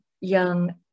young